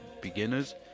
beginners